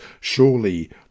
surely